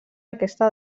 aquesta